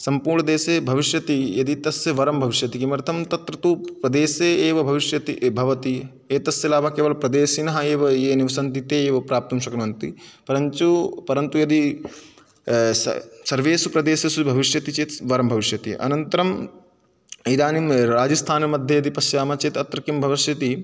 सम्पूर्णदेशे भविष्यति यदि तस्य वरं भविष्यति किमर्थं तत्र तु प्रदेशे एव भविष्यति ए भवति एतस्य लाभः केवलं प्रदेशिनः एव ये निवसन्ति ते एव प्राप्तुं शक्नुवन्ति परन्तु परन्तु यदि स सर्वेषु प्रदेशेषु भविष्यति चेत् वरं भविष्यति अनन्तरम् इदानीं राजस्थानमध्ये यदि पश्यामः चेत् अत्र किं भविष्यति